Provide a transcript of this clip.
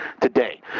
today